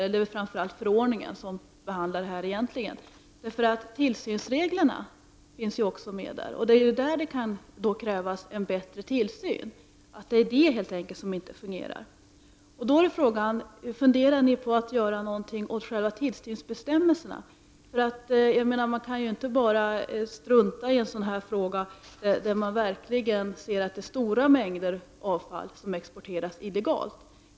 Men det är väl framför allt i förordningen som detta behandlas. Tillsynsreglerna finns nämligen med där. Och det är ju enligt dessa som det kan krävas en bättre tillsyn. Det kanske helt enkelt är det som inte fungerar. Jag undrar därför om regeringen funderar på att göra något åt själva tillsynsbestämmelserna? Man kan ju inte bara strunta i en sådan fråga när man ser att stora mängder avfall exporteras illegalt.